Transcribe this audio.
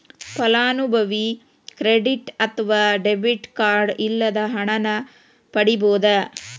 ಫಲಾನುಭವಿ ಕ್ರೆಡಿಟ್ ಅತ್ವ debit card ಇಲ್ಲದ ಹಣನ ಪಡಿಬೋದ್